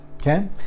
okay